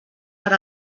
per